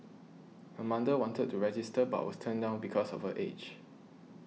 her mother wanted to register but was turned down because of her age